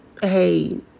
hey